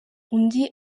undi